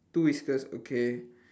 two whiskers okay